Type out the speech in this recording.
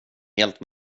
helt